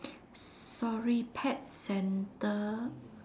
sorry pet centre